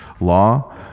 law